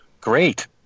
great